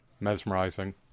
mesmerizing